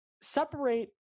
Separate